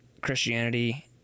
Christianity